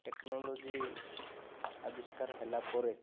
technology ଆବିଷ୍କାର ହେଲା ପରେ